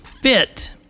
fit